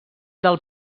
del